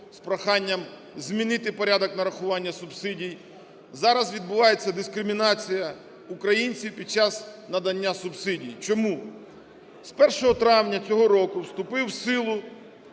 з проханням змінити порядок нарахування субсидій. Зараз відбувається дискримінація українців під час надання субсидій. Чому? З 1 травня цього року вступив в силу